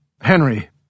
Henry